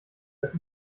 dass